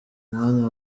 mwanya